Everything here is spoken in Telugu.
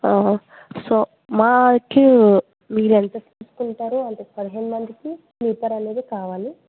సో మాకు మీరు ఎంత తీసుకుంటారో అంత పదిహేను మందికి స్లీపర్ అనేది కావాలి